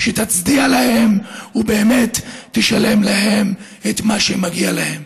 שתצדיע להם ובאמת תשלם להם את מה שמגיע להם.